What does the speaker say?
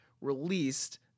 released